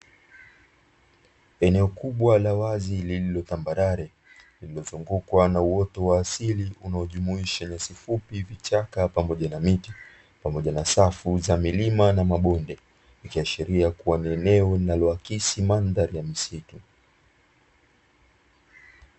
Eneo kubwa la wazi lililo tambarare lililozungukwa na uoto wa asili unaojumuisha nyasi fupi, vichaka pamoja na miti pamoja na safu za milima na mabonde, ikiashiria kuwa ni eneo linaloakisi mandhari ya misitu.